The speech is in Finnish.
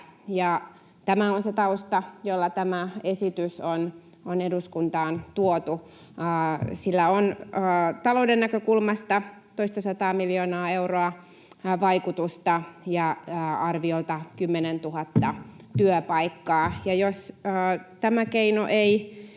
Tämä on se tausta, jolla tämä esitys on eduskuntaan tuotu. Sillä on vaikutusta talouden näkökulmasta toistasataa miljoonaa euroa ja arviolta 10 000 työpaikkaa. Jos tämä keino ei